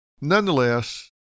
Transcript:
Nonetheless